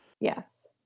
Yes